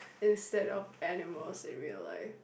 instead of animals in real life